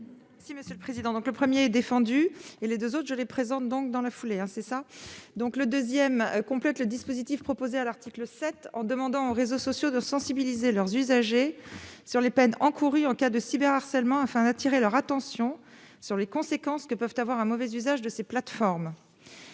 Si Monsieur le Président, donc le 1er défendu et les 2 autres j'allais présente donc dans la foulée, hein, c'est ça, donc le 2ème complètent le dispositif proposé à l'article 7 en demandant aux réseaux sociaux de sensibiliser leurs usagers sur les peines encourues en cas de cyber-harcèlement afin d'attirer leur attention sur les conséquences que peuvent avoir un mauvais usage de ces plateformes